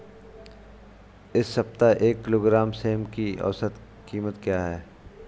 इस सप्ताह एक किलोग्राम सेम की औसत कीमत क्या है?